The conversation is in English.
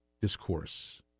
discourse